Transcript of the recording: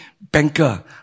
banker